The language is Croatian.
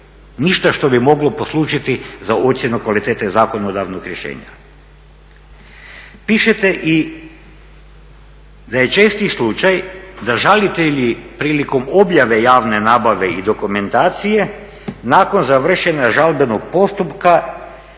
ništa što bi moglo poslužiti za ocjenu kvalitete zakonodavnog rješenja. Pišete i da je česti slučaj da žalitelji prilikom objave javne nabave i dokumentacije nakon završenog žalbenog postupka